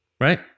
right